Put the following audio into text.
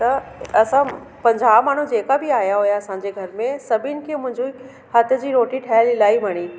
त असां पंजाह माण्हू जेका बि आया हुया असांजे घर में सभिनि खे मुंहिंजो हथ जी रोटी ठहियल इलाही वणी